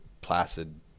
placid